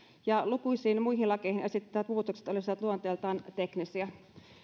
ja lukuisiin muihin lakeihin esitettävät muutokset olisivat luonteeltaan teknisiä